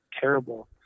terrible